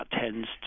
tends